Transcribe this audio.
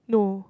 no